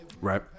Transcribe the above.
Right